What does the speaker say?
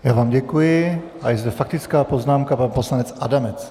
Já vám děkuji a je zde faktická poznámka, pan poslanec Adamec.